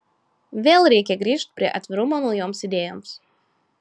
vėl reikia grįžt prie atvirumo naujoms idėjoms